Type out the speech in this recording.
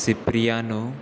Cipriano